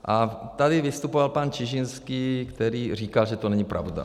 A tady vystupoval pan Čižinský, který říkal, že to není pravda.